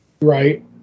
Right